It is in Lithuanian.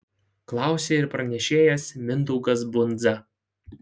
klausė ir pranešėjas mindaugas bundza